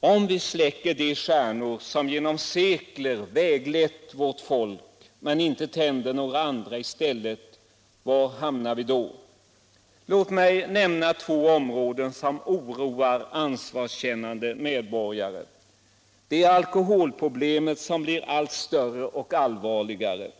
Om vi släcker de stjärnor som genom sekler har väglett vårt folk men inte tänder några andra i stället, var hamnar vi då? Låt mig nämna två områden som oroar ansvarskännande medborgare. Det ena gäller alkoholproblemet, som blir allt större och allt allvarligare.